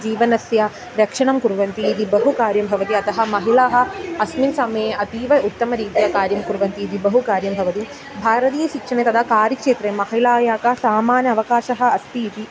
जीवनस्य रक्षणं कुर्वन्ति इति बहुकार्यं भवति अतः महिलाः अस्मिन् समये अतीव उत्तमरीत्या कार्यं कुर्वन्ति इति बहुकार्यं भवति भारतीयशिक्षणे तथा कार्यक्षेत्रे महिलायाः का समान अवकाशः अस्ति इति